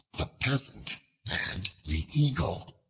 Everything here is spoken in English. the peasant and the eagle